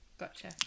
Gotcha